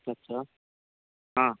अच्छा हां